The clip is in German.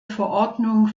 verordnung